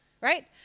right